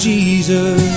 Jesus